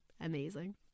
amazing